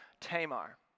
Tamar